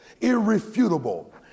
irrefutable